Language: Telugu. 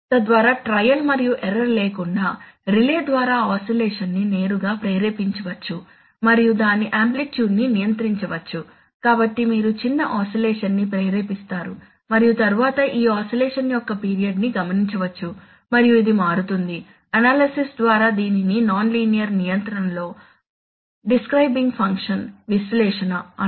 తద్వారా ట్రయల్ మరియు ఎర్రర్ లేకుండా రిలే ద్వారా ఆసిలేషన్ ని నేరుగా ప్రేరేపించవచ్చు మరియు దాని ఆంప్లిట్యూడ్ ని నియంత్రించవచ్చు కాబట్టి మీరు చిన్న ఆసిలేషన్ ని ప్రేరేపిస్తారు మరియు తరువాత ఈ ఆసిలేషన్ యొక్క పీరియడ్ ని గమనించవచ్చు మరియు ఇది మారుతుంది అనాలిసిస్ ద్వారా దీనిని నాన్ లీనియర్ నియంత్రణలో డెస్కరైబింగ్ ఫంక్షన్ విశ్లేషణ అంటారు